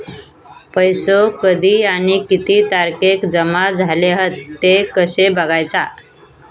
पैसो कधी आणि किती तारखेक जमा झाले हत ते कशे बगायचा?